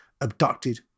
abducted